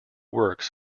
works